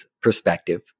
perspective